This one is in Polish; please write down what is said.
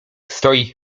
stoi